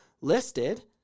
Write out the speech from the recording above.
listed